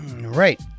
right